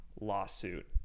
lawsuit